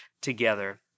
together